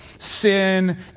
Sin